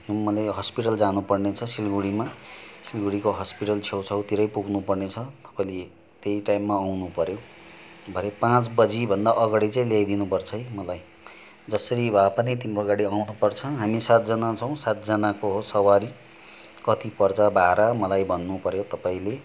मलाई हस्पिटल जानुपर्ने छ सिलगडीमा सिलगडीको हस्पिटल छेउछाउतिरै पुग्नुपर्ने छ भोलि त्यही टाइममा आउनुपऱ्यो भरे पाँच बजेदेखि अगाडि चाहिँ ल्याइदिनुपर्छ है मलाई जसरी भए पनि तिम्रो गाडी आउनुपर्छ हामी सातजना हौँ सातजनाको हो सवारी कति पर्छ भाड़ा मलाई भन्नु पऱ्यो तपाईँले